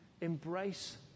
embrace